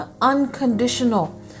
unconditional